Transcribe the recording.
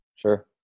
Sure